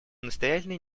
настоятельной